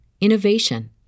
innovation